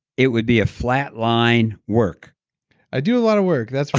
it would be a flat line work i do a lot of work, that's